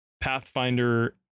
Pathfinder